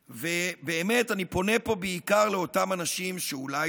ובאמת אני פונה פה בעיקר לאותם אנשים שאולי